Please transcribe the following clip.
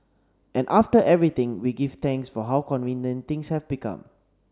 and after everything we give thanks for how convenient things have become